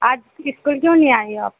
आज शिफ़्ट पर क्यों नहीं आई हो आप